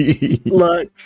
Look